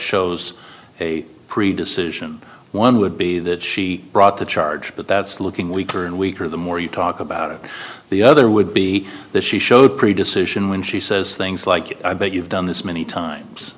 shows a pre decision one would be that she brought the charge but that's looking weaker and weaker the more you talk about it the other would be that she showed pretty decision when she says things like i bet you've done this many times